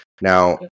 Now